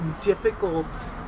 difficult